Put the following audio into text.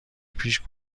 پیش